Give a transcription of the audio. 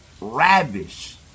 ravish